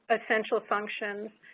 essential functions,